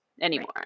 anymore